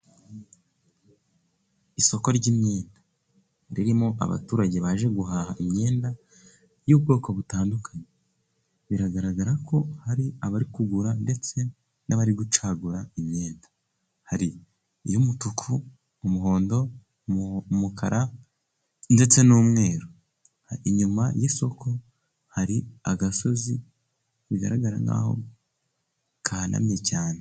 Isoko ry'imyenda ririmo abaturage baje guhaha imyenda y'ubwoko butandukanye. Biragaragara ko hari abari kugura ndetse n'abari gucagura imyenda. Hari iy'umutuku, umuhondo, umukara ndetse n'umweru. Inyuma y'isoko hari agasozi bigaragara nk'aho gahanamye cyane.